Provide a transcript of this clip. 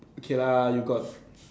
okay lah you got